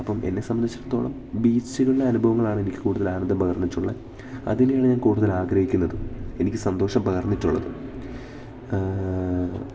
അപ്പം എന്നെ സംബന്ധിച്ചിടത്തോളം ബീച്ചുകളുടെ അനുഭവങ്ങളാണ് എനിക്ക് കൂടുതൽ ആനന്ദം പകര്ന്നിട്ടുള്ളത് അതുതന്നെയാണ് ഞാൻ കൂടുതൽ ആഗ്രഹിക്കുന്നതും എനിക്ക് സന്തോഷം പകർന്നിട്ടുള്ളതും